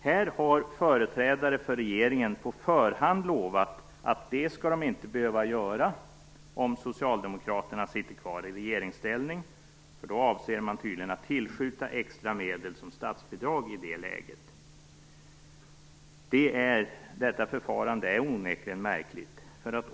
Här har företrädare för regeringen på förhand lovat att de inte skall behöva göra det om Socialdemokraterna sitter kvar i regeringsställning. I det läget avser man tydligen att tillskjuta extra medel som statsbidrag. Detta förfarande är onekligen märkligt.